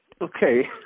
Okay